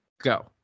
go